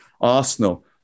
Arsenal